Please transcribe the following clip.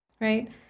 right